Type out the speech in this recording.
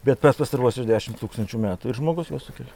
bet per pastaruosius dešim tūkstančių metų ir žmogus juos sukelia